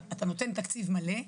אתה נותן תקציב מלא,